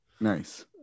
Nice